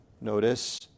notice